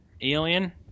alien